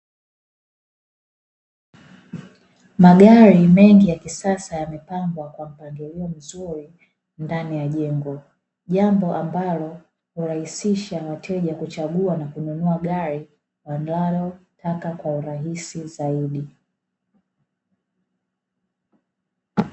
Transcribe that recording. Magari mengi ya kisasa yamepangwa kwa mpangilio mzuri ndani ya jengo, jambo ambalo hurahisisha wateja kuchagua na kununua gari wanalotaka kwa urahisi zaidi.